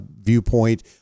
viewpoint